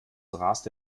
raste